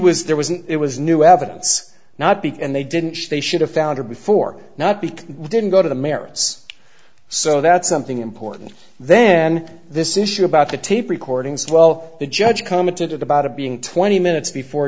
was there was an it was new evidence not beat and they didn't they should have found her before not because it didn't go to the merits so that's something important then this issue about the tape recordings well the judge commented about it being twenty minutes before